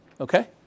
Okay